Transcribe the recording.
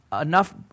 enough